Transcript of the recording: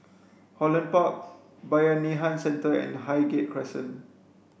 Holland Park Bayanihan Centre and Highgate Crescent